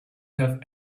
have